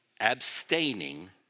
abstaining